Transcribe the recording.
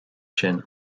sin